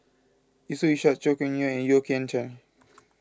Yusof Ishak Chua Kim Yeow and Yeo Kian Chai